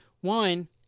one